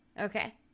Okay